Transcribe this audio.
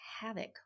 havoc